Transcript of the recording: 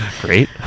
Great